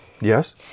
Yes